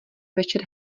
večer